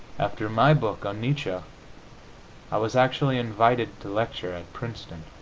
after my book on nietzsche i was actually invited to lecture at princeton.